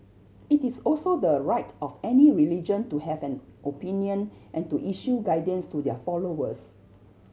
it is also the right of any religion to have an opinion and to issue guidance to their followers